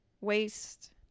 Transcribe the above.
waste